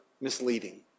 misleading